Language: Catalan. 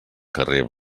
carrer